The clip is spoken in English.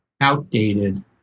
outdated